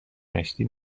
نشتی